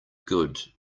good